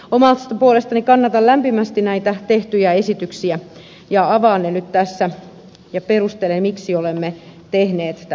omasta puolestani kannatan lämpimästi näitä tehtyjä esityksiä ja avaan ne nyt tässä ja perustelen miksi olemme tehneet tämän vastalauseen